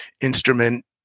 instrument